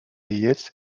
яєць